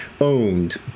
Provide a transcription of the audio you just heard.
owned